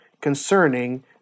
concerning